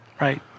Right